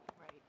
Right